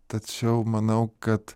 tačiau manau kad